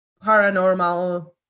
paranormal